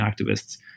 activists